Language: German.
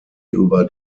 über